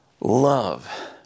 love